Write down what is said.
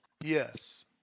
Yes